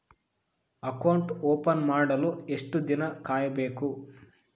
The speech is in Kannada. ಅಕೌಂಟ್ ಓಪನ್ ಮಾಡಲು ಎಷ್ಟು ದಿನ ಕಾಯಬೇಕು?